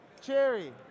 cherry